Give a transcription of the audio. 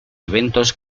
eventos